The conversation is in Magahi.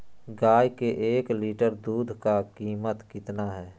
गाय के एक लीटर दूध का कीमत कितना है?